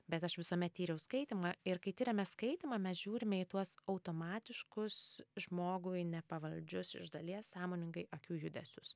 bet aš visuomet tyriau skaitymą ir kai tiriame skaitymą mes žiūrime į tuos automatiškus žmogui nepavaldžius iš dalies sąmoningai akių judesius